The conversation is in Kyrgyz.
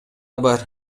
бар